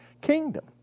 kingdom